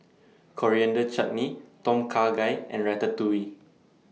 Coriander Chutney Tom Kha Gai and Ratatouille